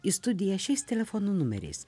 į studiją šiais telefono numeriais